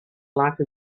like